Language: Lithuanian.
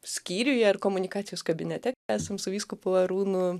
skyriuje ir komunikacijos kabinete esam su vyskupu arūnu